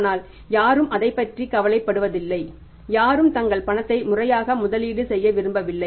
ஆனால் யாரும் அதைப் பற்றி கவலைப்படுவதில்லை யாரும் தங்கள் பணத்தை முறையாக முதலீடு செய்ய விரும்பவில்லை